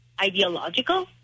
ideological